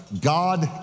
God